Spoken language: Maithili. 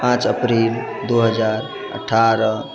पाँच अप्रिल दू हजार अठारह